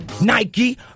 nike